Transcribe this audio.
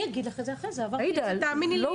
תאמיני לי.